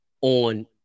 on